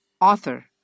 author